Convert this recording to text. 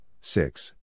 six